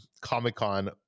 Comic-Con